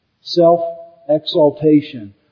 self-exaltation